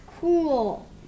cool